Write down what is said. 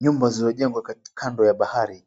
Nyumba zilizojengwa kando ya bahari